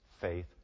faith